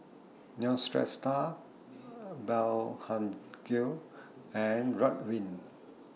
Neostrata Blephagel and Ridwind